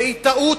והיא טעות,